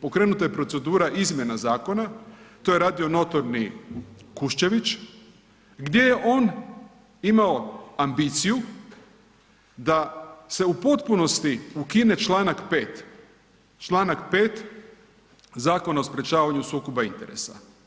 pokrenuta je procedura izmjena zakona, to je radio notorni Kuščević gdje je on imao ambiciju da se u potpunosti ukine Članak 5., Članak 5. Zakona o sprječavanju sukoba interesa.